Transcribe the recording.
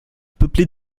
peuplée